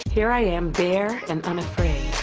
here i am, bare and unafraid.